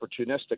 opportunistic